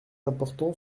important